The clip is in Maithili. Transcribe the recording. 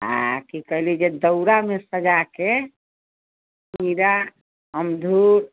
आ की कयली जे दौरामे सजा कऽ खीरा अमदूर